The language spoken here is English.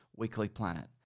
weeklyplanet